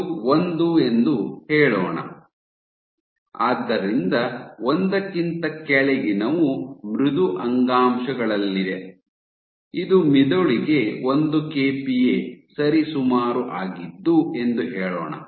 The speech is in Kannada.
ಇದು ಒಂದು ಎಂದು ಹೇಳೋಣ ಆದ್ದರಿಂದ ಒಂದಕ್ಕಿಂತ ಕೆಳಗಿನವು ಮೃದು ಅಂಗಾಂಶಗಳಲ್ಲಿದೆ ಇದು ಮೆದುಳಿಗೆ ಒಂದು ಕೆಪಿಎ ಸರಿಸುಮಾರು ಆಗಿದ್ದು ಎಂದು ಹೇಳೋಣ